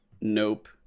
Nope